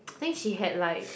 then she had like